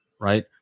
right